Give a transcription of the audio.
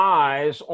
eyes